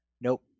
Nope